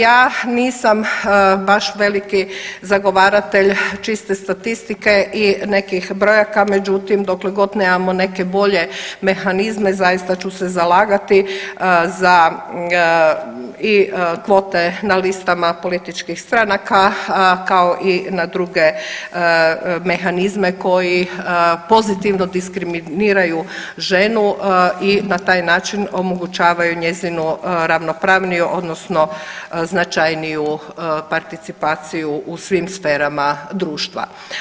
Ja nisam baš veliki zagovaratelj čiste statistike i nekih brojaka međutim dokle god nemamo neke bolje mehanizme zaista ću se zalagati za i kvote na listama političkih stranaka kao i na druge mehanizme koji pozitivno diskriminiraju ženu i na taj način omogućavaju njezinu ravnopravniju odnosno značajniju participaciju svim sferama društva.